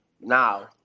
now